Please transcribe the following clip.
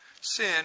sin